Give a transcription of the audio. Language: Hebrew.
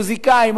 מוזיקאים,